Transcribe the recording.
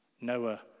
Noah